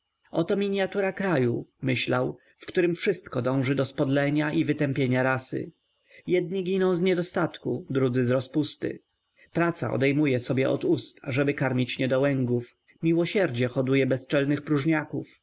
oto miniatura kraju myślał w którym wszystko dąży do spodlenia i wytępienia rasy jedni giną z niedostatku drudzy z rozpusty praca odejmuje sobie od ust ażeby karmić niedołęgów miłosierdzie hoduje bezczelnych próżniaków